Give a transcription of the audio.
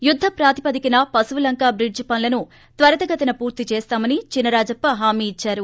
యుద్ద ప్రాతిపదికన పశువులంక బ్రిడ్జి పనులను త్వరిత గతిన పూర్తి చేస్తామని చినరాజప్ప హామీ ఇద్చారు